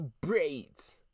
Braids